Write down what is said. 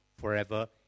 forever